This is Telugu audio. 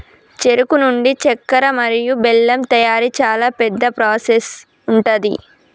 చెరుకు నుండి చెక్కర మరియు బెల్లం తయారీ చాలా పెద్ద ప్రాసెస్ ఉంటది